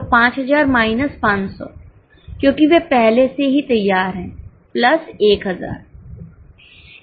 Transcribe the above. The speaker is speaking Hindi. तो 5000 माइनस 500 क्योंकि वे पहले से ही तैयार हैं प्लस 1000